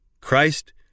Christ